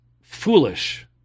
foolish